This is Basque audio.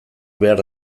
behar